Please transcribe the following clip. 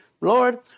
Lord